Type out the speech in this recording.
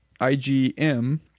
IgM